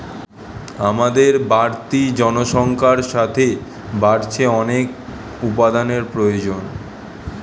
আমাদের বাড়তি জনসংখ্যার সাথে বাড়ছে অনেক উপাদানের প্রয়োজন